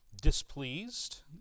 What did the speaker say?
displeased